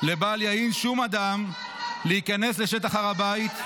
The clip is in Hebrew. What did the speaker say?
זה לא בבקשה ----- "לבל יהין שום אדם להיכנס לשטח הר הבית,